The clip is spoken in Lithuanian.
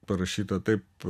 parašyta taip